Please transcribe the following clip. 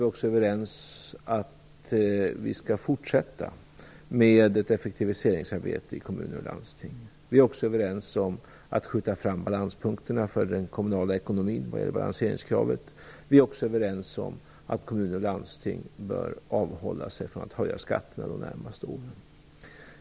Vidare är vi överens om att vi skall fortsätta med effektiviseringsarbetet i kommuner och landsting, och om att vi skall skjuta fram balanspunkterna för den kommunala ekonomin vad gäller balanseringskravet. Vi är också överens om att kommuner och landsting bör avhålla sig från att höja skatterna de närmaste åren.